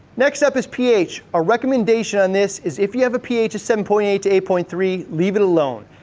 next up is ph. our recommendation on this is if you have a ph of seven point eight to eight point three, leave it alone.